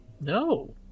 No